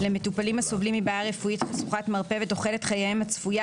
למטופלים הסובלים מבעיה רפואית חשוכת מרפא ותוחלת חייהם הצפויה,